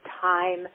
time